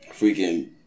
freaking